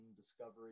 discovery